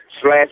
slash